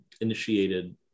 initiated